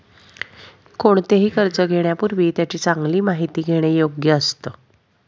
कोणतेही कर्ज घेण्यापूर्वी त्याची चांगली माहिती घेणे योग्य असतं